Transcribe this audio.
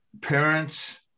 Parents